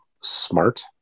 smart